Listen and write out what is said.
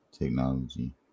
Technology